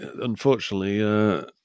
unfortunately